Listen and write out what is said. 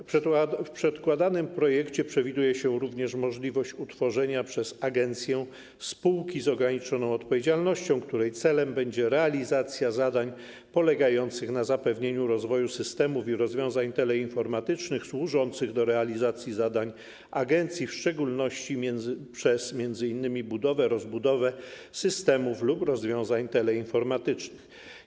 W przedkładanym projekcie przewiduje się również możliwość utworzenia przez agencję spółki z o.o., której celem będzie realizacja zadań polegających na zapewnieniu rozwoju systemów i rozwiązań teleinformatycznych służących do realizacji zadań agencji, w szczególności m.in. przez budowę, rozbudowę systemów lub rozwiązań teleinformatycznych.